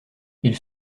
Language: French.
ils